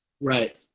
Right